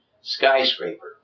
skyscraper